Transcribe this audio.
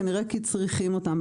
כנראה כי צריכים אותם,